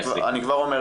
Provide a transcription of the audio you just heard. אני כבר אומר,